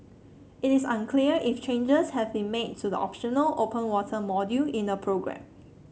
it is unclear if changes have been made to the optional open water module in the programme